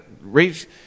Raise